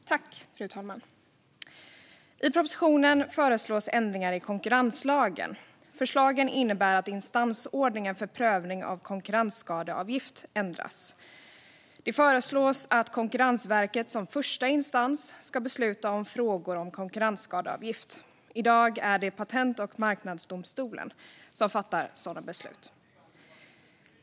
Fru talman! I propositionen föreslås ändringar i konkurrenslagen. Förslagen innebär att instansordningen för prövning av konkurrensskadeavgift ändras. Det föreslås att Konkurrensverket som första instans ska besluta om frågor om konkurrensskadeavgift. I dag är det Patent och marknadsdomstolen som fattar sådana beslut.